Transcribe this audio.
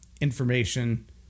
information